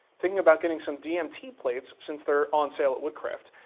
thinking about getting some dmt plates since they're on sale at woodcraft.